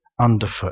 underfoot